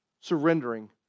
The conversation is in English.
surrendering